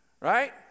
Right